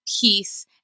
peace